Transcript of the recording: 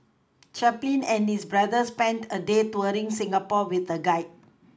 Chaplin and his brother spent a day touring Singapore with a guide